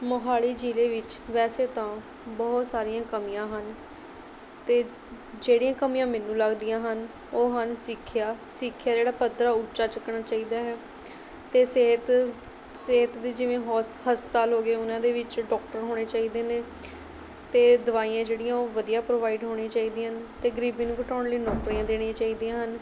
ਮੋਹਾਲੀ ਜ਼ਿਲ੍ਹੇ ਵਿੱਚ ਵੈਸੇ ਤਾਂ ਬਹੁਤ ਸਾਰੀਆਂ ਕਮੀਆਂ ਹਨ ਅਤੇ ਜਿਹੜੀਆਂ ਕਮੀਆਂ ਮੈਨੂੰ ਲੱਗਦੀਆਂ ਹਨ ਉਹ ਹਨ ਸਿੱਖਿਆ ਸਿੱਖਿਆ ਜਿਹੜਾ ਪੱਧਰ ਆ ਉੱਚਾ ਚੁੱਕਣਾ ਚਾਹੀਦਾ ਹੈ ਅਤੇ ਸਿਹਤ ਸਿਹਤ ਦੀ ਜਿਵੇਂ ਹੋਸ ਹਸਪਤਾਲ ਹੋ ਗਏ ਉਹਨਾਂ ਦੇ ਵਿੱਚ ਡੋਕਟਰ ਹੋਣੇ ਚਾਹੀਦੇ ਨੇ ਅਤੇ ਦਵਾਈਆਂ ਜਿਹੜੀਆਂ ਉਹ ਵਧੀਆ ਪ੍ਰੋਵਾਈਡ ਹੋਣੀਆਂ ਚਾਹੀਦੀਆਂ ਹਨ ਅਤੇ ਗਰੀਬੀ ਨੂੰ ਘਟਾਉਣ ਲਈ ਨੌਕਰੀਆਂ ਦੇਣੀਆਂ ਚਾਹੀਦੀਆਂ ਹਨ